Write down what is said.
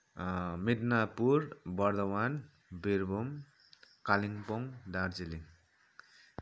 Midnapore Bardhaman Birbhum Kalimpong Darjeeling